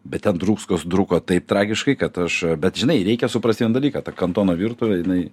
bet ten druskos trūko taip tragiškai kad aš bet žinai reikia suprasti vieną dalyką ta kantono virtuvė jinai